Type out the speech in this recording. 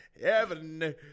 Heaven